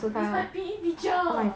he's my P_E teacher